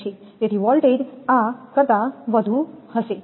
તેથી વોલ્ટેજ આ કરતા અહીં વધુ હશે